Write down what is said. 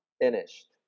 finished